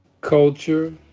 culture